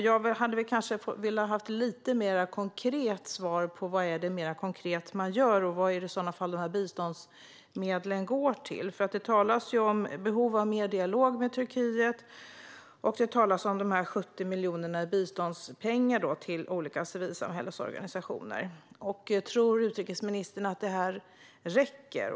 Jag hade kanske velat ha ett mer konkret svar på vad man gör och vad biståndsmedlen går till. Det talas om behovet av mer dialog med Turkiet och om 70 miljoner i bistånd till olika civilsamhällesorganisationer. Tror utrikesministern att det räcker?